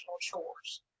chores